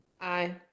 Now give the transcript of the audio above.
Aye